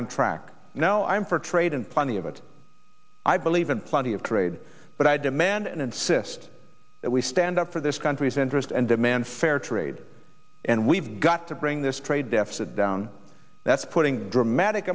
on track you know i'm for trade and plenty of it i believe in plenty of trade but i demand and insist that we stand up for this country's interest and demand fair trade and we've got to bring this trade deficit down that's putting dramatic